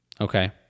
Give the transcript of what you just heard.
Okay